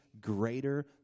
greater